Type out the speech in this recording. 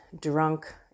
drunk